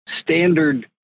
standard